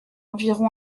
environ